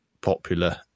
popular